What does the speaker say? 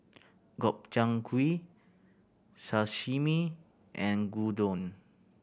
Gobchang Gui Sashimi and Gyudon